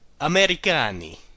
Americani